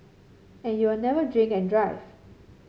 and you'll never drink and drive